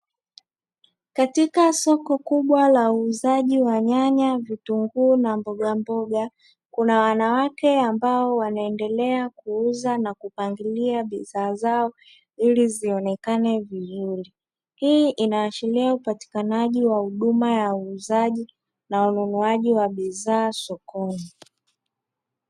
Katika soko kubwa la uuzaji wa: nyanya, vitunguu na mbogamboga; kuna wanawake ambao wanaendelea kuuza na kupangilia bidhaa zao ili zionekane vizuri. Hii inaashiria upatikanaji wa huduma ya uuzaji na ununuaji wa bidhaa sokoni.